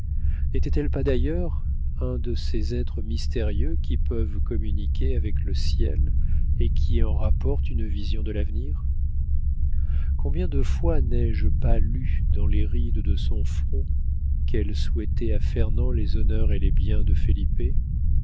n'était-elle pas d'ailleurs un de ces êtres mystérieux qui peuvent communiquer avec le ciel et qui en rapportent une vision de l'avenir combien de fois n'ai-je pas lu dans les rides de son front qu'elle souhaitait à fernand les honneurs et les biens de